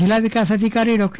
જિલ્લા વિકાસ અધિકારી ર્ડા